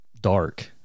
dark